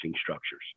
structures